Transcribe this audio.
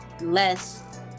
less